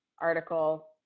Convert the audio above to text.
article